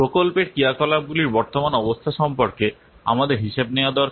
প্রকল্পের ক্রিয়াকলাপগুলির বর্তমান অবস্থা সম্পর্কে আমাদের হিসেব নেওয়া দরকার